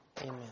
Amen